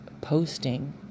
posting